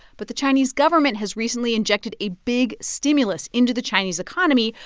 but the chinese government has recently injected a big stimulus into the chinese economy.